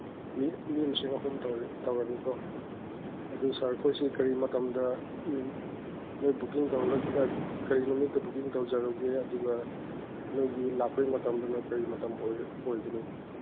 ꯃꯤ ꯃꯤ ꯃꯁꯤꯡ ꯑꯍꯨꯝ ꯇꯧꯔꯅꯤꯀꯣ ꯑꯗꯨ ꯁꯔꯈꯣꯏꯁꯦ ꯀꯔꯤ ꯃꯇꯝꯗ ꯅꯣꯏ ꯕꯨꯀꯤꯡ ꯇꯧꯔꯒ ꯀꯔꯤ ꯅꯨꯃꯤꯠꯇ ꯕꯨꯀꯤꯡ ꯇꯧꯖꯔꯛꯎꯒꯦ ꯑꯗꯨꯒ ꯅꯣꯏꯒꯤ ꯂꯥꯛꯄꯩ ꯃꯇꯝꯗꯨꯅ ꯀꯩ ꯃꯇꯝ ꯑꯣꯏꯒꯅꯤ